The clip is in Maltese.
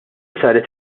saret